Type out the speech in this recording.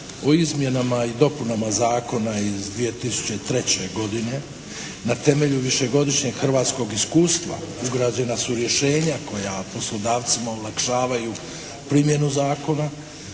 o izmjenama i dopunama zakona iz 2003. godine na temelju višegodišnjeg hrvatskog iskustva ugrađena su rješenja koja poslodavcima olakšavaju primjenu zakona,